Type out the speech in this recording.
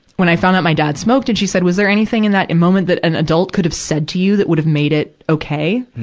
when i found out my dad smoked, and she said, was there anything in that moment that an adult could have said to you that would have made it okay?